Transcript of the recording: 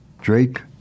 Drake